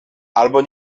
albo